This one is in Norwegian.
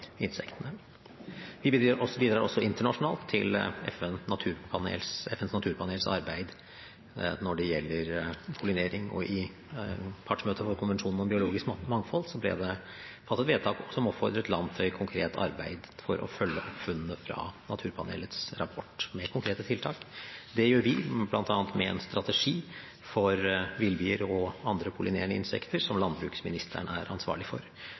insektene. Vi bidrar også internasjonalt til FNs naturpanels arbeid når det gjelder pollinering. I partsmøtet for Konvensjonen om biologisk mangfold ble det fattet et vedtak som oppfordrer land til konkret for å følge opp funnene fra Naturpanelets rapport med konkrete tiltak. Det gjør vi bl.a. med en strategi for villbier og andre pollinerende insekter, som landbruksministeren er ansvarlig for.